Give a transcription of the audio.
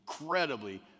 incredibly